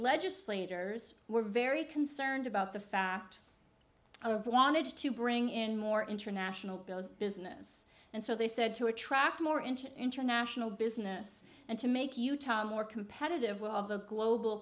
legislators were very concerned about the fact i wanted to bring in more international business and so they said to attract more into international business and to make you more competitive with all of the global